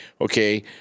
okay